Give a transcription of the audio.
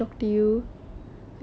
oh